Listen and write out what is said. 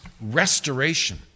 Restoration